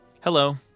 Hello